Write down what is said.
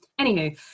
Anywho